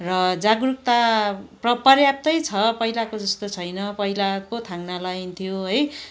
र जागरुकता प्र प्रयाप्तै छ पहिलाको जस्तो छैन पहिला पो थाङ्ना लाइन्थ्यो है